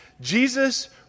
Jesus